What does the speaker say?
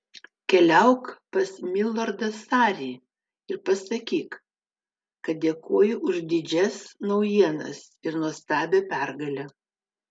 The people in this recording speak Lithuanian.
keliauk pas milordą sarį ir pasakyk kad dėkoju už didžias naujienas ir nuostabią pergalę